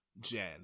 Jen